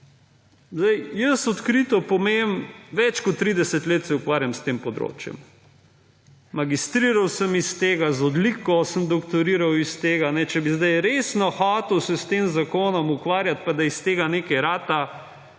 Odkrito povem, več kot 30 let se ukvarjam s tem področjem. Magistriral sem iz tega z odliko, sem doktoriral iz tega. Če bi se sedaj resno hotel s tem zakonom ukvarjati pa da iz tega nekaj rata,